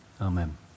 amen